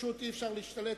פשוט אי-אפשר להשתלט,